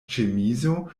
ĉemizo